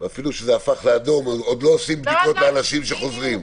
אפילו שזה הפך לאדום עוד לא עושים בדיקות לאנשים שחוזרים.